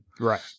Right